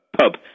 pub